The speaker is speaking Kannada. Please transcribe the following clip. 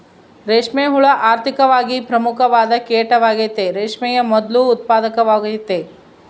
ರೇಷ್ಮೆ ಹುಳ ಆರ್ಥಿಕವಾಗಿ ಪ್ರಮುಖವಾದ ಕೀಟವಾಗೆತೆ, ರೇಷ್ಮೆಯ ಮೊದ್ಲು ಉತ್ಪಾದಕವಾಗೆತೆ